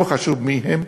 לא חשוב מי הם,